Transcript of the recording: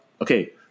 okay